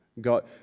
God